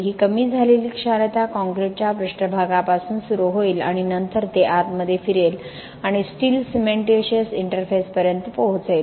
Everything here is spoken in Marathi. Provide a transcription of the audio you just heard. ही कमी झालेली क्षारता कॉंक्रिटच्या पृष्ठभागापासून सुरू होईल आणि नंतर ते आतमध्ये फिरते आणि स्टील सिमेंटिशियस इंटरफेसपर्यंत पोहोचते